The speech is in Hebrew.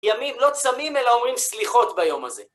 ימים לא צמים, אלא אומרים סליחות ביום הזה.